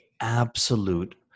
absolute